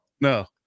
No